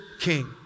King